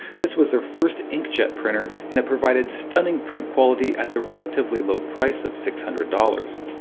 this was their first inkjet printer and it provided stunning print quality at the relatively low price of six hundred dollars.